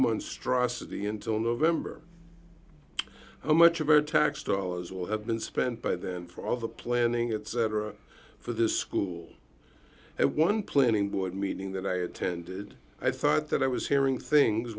monstrosity until november how much of our tax dollars will have been spent by then for all the planning etc for this school and one planning board meeting that i attended i thought that i was hearing things